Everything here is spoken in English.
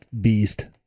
beast